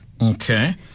Okay